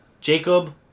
Jacob